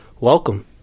welcome